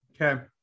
Okay